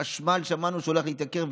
שמענו שהחשמל הולך להתייקר,